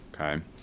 Okay